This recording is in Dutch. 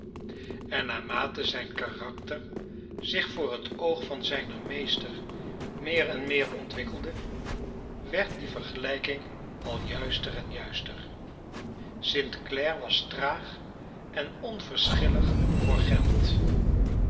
en naarmate zijn karakter zich voor het oog van zijnen meester meer en meer ontwikkelde werd die vergelijking al juister en juister st clare was traag en onverschillig voor geld